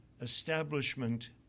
establishment